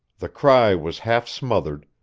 the cry was half-smothered,